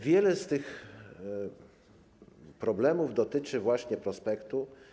Wiele z tych problemów dotyczy właśnie prospektu.